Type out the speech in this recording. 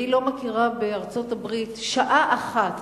אני לא מכירה, בארצות-הברית שעה אחת